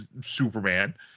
superman